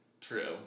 True